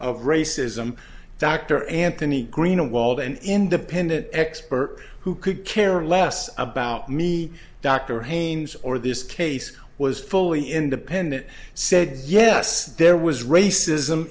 of racism dr anthony greenwald an independent expert who could care less about me dr haines or this case was fully independent said yes there was racism